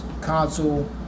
console